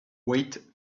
wait